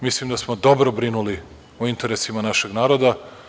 Mislim da smo dobro brinuli o interesima našeg naroda.